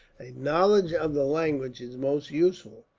a knowledge of the language is most useful.